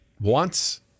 wants